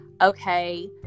okay